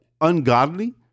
ungodly